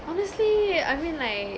honestly I mean like